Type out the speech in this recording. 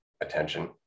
attention